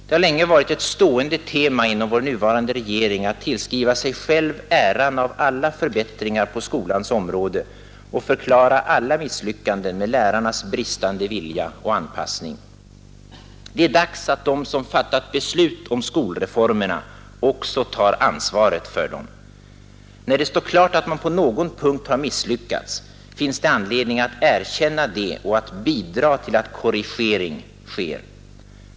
Det har länge varit ett stående tema inom vår nuvarande regering att tillskriva sig själv äran av alla förbättringar på skolans område och förklara alla misslyckanden med lärarnas bristande vilja och anpassning. Det är dags att de som fattat beslut om skolreformerna också tar ansvaret för dem. När det står klart att man på någon punkt har misslyckats, finns det anledning att erkänna detta och bidra till att korrigering sker.